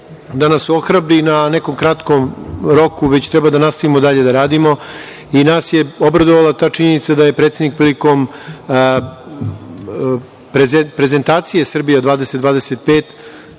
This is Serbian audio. da nas ohrabri na nekom kratkom roku, već treba da nastavimo dalje da radimo. Nas je obradovala ta činjenica da je predsednik prilikom prezentacije „Srbija 2025“,